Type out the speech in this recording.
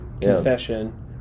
confession